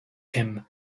him